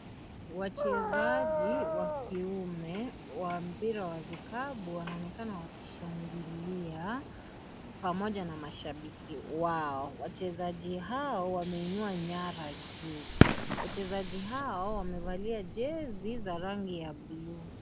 Wachezaji wakiwa wa mpira wa vikapu wanaonekana wakishangilia pamoja na mashabiki wao ,wachezaji hao wameinua nyara juu wachezaji hao wamevalia jezi za rangi ya buluu.